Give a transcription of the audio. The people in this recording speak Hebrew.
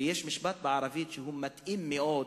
יש משפט בערבית שמתאים מאוד,